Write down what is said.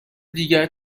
دیگر